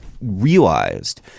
realized